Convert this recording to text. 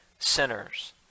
sinners